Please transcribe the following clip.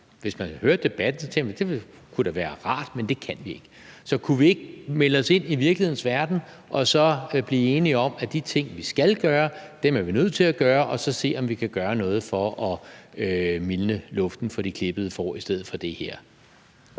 kunne da være rart, når man sådan hører debatten, men det kan vi ikke. Så kunne vi ikke melde os ind i virkelighedens verden og blive enige om, at de ting, vi skal gøre, er vi nødt til at gøre, og så se, om vi kan gøre noget for at mildne luften for de klippede får i stedet for det her?